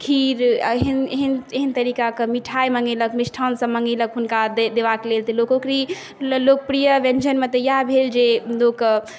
खीर एहन एहन एहन तरीकाके मिठाइ मँगेलक मिष्ठान्न सब मँगेलक हुनका देबाक लेल तऽ लोकप्रिय व्यञ्जनमे तऽ इएह भेल जे लोक